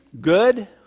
good